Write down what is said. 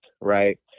right